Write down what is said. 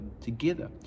together